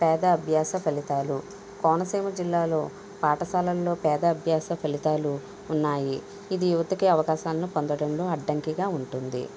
పేద అభ్యాస ఫలితాలు కోనసీమ జిల్లాలో పాఠశాలల్లో పేద అభ్యాస ఫలితాలు ఉన్నాయి ఇది యువతకి అవకాశాన్ని పొందటంలో అడ్డంకిగా ఉంటుంది